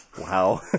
Wow